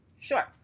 Sure